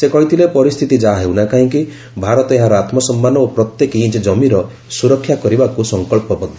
ସେ କହିଥିଲେ ପରିସ୍ଥିତି ଯାହା ହେଉନା କାହିଁକି ଭାରତ ଏହାର ଆତ୍ମସମ୍ମାନ ଓ ପ୍ରତ୍ୟେକ ଇଞ୍ଚ ଜମିର ସୂରକ୍ଷା କରିବାକୁ ସଙ୍କଚ୍ଚବଦ୍ଧ